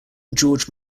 george